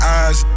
eyes